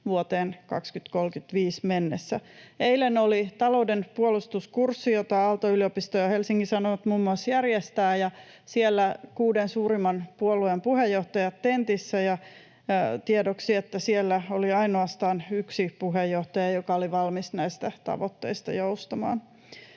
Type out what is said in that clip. vuoteen 2035 mennessä. Eilen oli Taloudenpuolustuskurssi, jota muun muassa Aalto-yliopisto ja Helsingin Sanomat järjestävät, ja siellä olivat kuuden suurimman puolueen puheenjohtajat tentissä, ja tiedoksi, että siellä oli ainoastaan yksi puheenjohtaja, joka oli valmis näistä tavoitteista joustamaan.